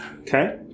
Okay